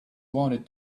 wanted